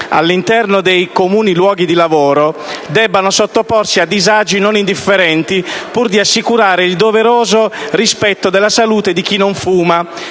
all’interno dei comuni luoghi di lavoro, debbano sottoporsi a disagi non indifferenti pur di assicurare il doveroso rispetto della salute di chi non fuma,